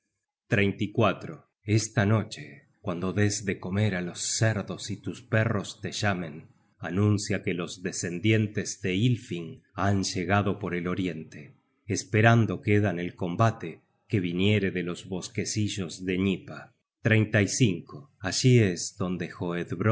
search generated at esta noche cuando des de comer á los cerdos y tus perros te llamen anuncia que los descendientes de ylfing han llegado por el oriente esperando quedan el combate que viniere de los bosquecillos de gnipa allí es donde